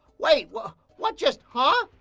wait, what what just huh?